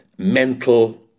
mental